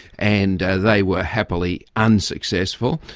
and they were happily unsuccessful,